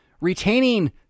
retaining